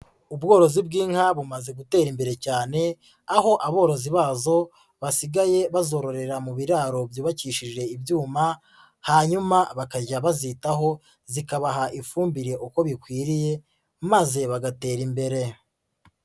Ubworozi bw'inka bumaze gutera imbere cyane, aho aborozi bazo basigaye bazororera mu biraro byubakishije ibyuma, hanyuma bakajya bazitaho zikabaha ifumbire uko bikwiriye maze bagatera imbere.